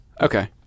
Okay